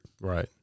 right